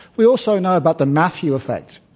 we also know about the matthew effect.